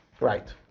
Right